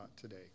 today